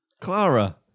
Clara